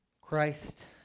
Christ